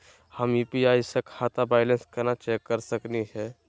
हम यू.पी.आई स खाता बैलेंस कना चेक कर सकनी हे?